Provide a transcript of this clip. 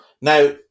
Now